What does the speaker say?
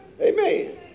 Amen